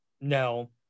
no